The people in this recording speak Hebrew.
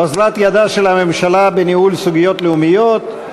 אוזלת ידה של הממשלה בניהול סוגיות לאומיות.